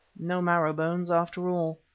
no marrow-bones after all.